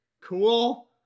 cool